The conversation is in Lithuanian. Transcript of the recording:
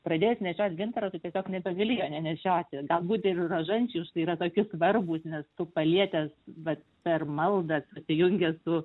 pradėjęs nešiot gintarą tu tiesiog nebegali jo nenešioti galbūt ir rožančiai užtai yra tokie svarbūs nes tu palietęs vat per maldą susijungęs su